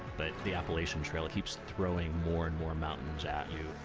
but the appalachian trail keeps throwing more and more mountains at you,